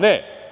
Ne.